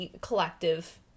collective